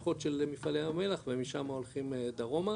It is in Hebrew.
ברכות של מפעלי ים המלח ומשמה הולכים דרומה,